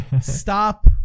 stop